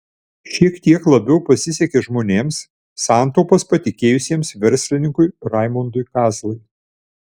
šiek tiek labiau pasisekė žmonėms santaupas patikėjusiems verslininkui raimundui kazlai